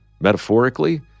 metaphorically